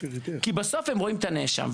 כי בסוף הם רואים את הנאשם.